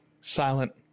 silent